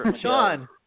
Sean